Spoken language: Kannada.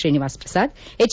ತ್ರೀನಿವಾಸಪ್ರಸಾದ್ ಎಚ್